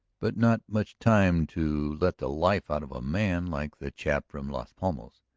but not much time to let the life out of a man like the chap from las palmas!